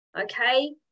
Okay